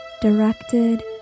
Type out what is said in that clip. directed